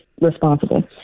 responsible